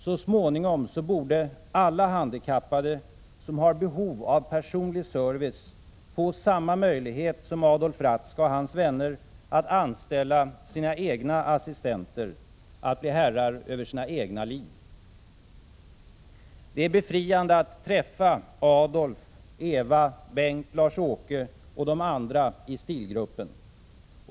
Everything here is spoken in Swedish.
Så småningom borde alla handikappade som har behov av personlig service få samma möjlighet som Adolf Ratzka och hans vänner att anställa sina egna assistenter, att bli herrar över sina egna liv. Det är befriande att träffa Adolf, Eva, Bengt, Lars-Åke och de andra i STIL-gruppen.